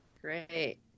Great